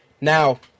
Now